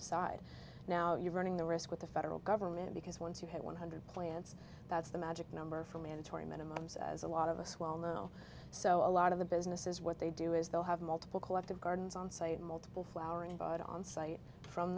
decide now you're running the risk with the federal government because once you have one hundred plants that's the magic number for mandatory minimums as a lot of us well know so a lot of the businesses what they do is they'll have multiple collective gardens on site multiple flower and buy it on site from